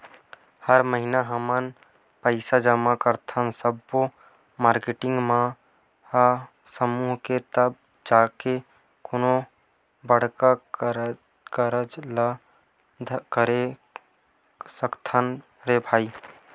हर महिना हमन पइसा जमा करथन सब्बो मारकेटिंग मन ह समूह के तब जाके कोनो बड़का कारज ल करे सकथन रे भई